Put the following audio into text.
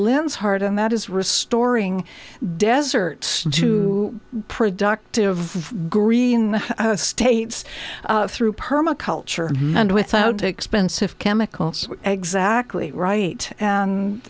lynn's heart and that is restoring desert to productive green states through perma culture and without expensive chemicals exactly right and